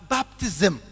Baptism